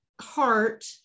heart